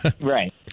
Right